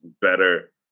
better